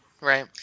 Right